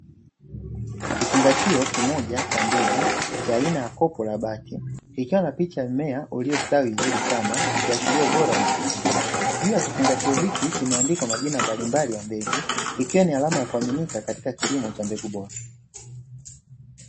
Kifungashio kimoja cha mbegu cha aina ya kopo lake kikiwa na picha ya mmea uliostawi vizuri sana ikiashiria ubora wa mbegu hizi, juu ya kifungashio hiki kimeandikwa majina mbalimbali ya mbegu ikiwa ni alama ya kuaminika, katika kilimo cha mbegu bora.